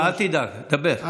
אל תדאג, תקבל.